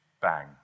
Bang